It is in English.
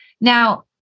Now